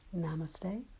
namaste